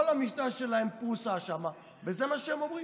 כל המשנה שלהם פרוסה שם, וזה מה שהם אומרים.